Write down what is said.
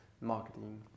marketing